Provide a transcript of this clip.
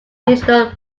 digital